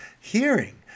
hearing